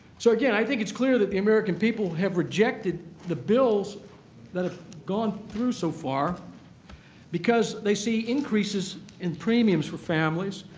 so, again, i think it's clear that the american people have rejected the bills that have gone through so far because they see increases in premiums for families,